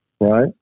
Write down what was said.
Right